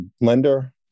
lender